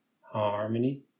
harmony